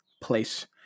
place